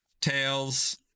tails